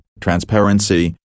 transparency